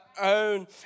own